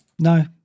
No